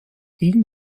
ging